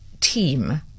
team